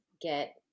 get